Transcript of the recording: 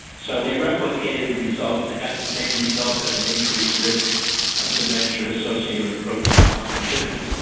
so they replicated results, they got the same result of an increased risk of dementia associated with proton pump inhibitors.